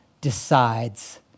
decides